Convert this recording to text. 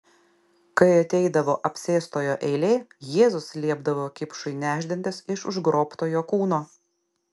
kai ateidavo apsėstojo eilė jėzus liepdavo kipšui nešdintis iš užgrobtojo kūno